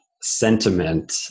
sentiment